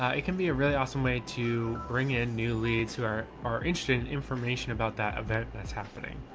ah it can be a really awesome way to bring in new leads who are, are interested in information about that event that's happening.